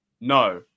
No